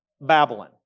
Babylon